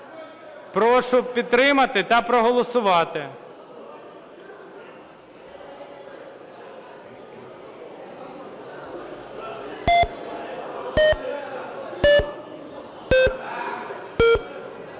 Прошу підтримати та проголосувати.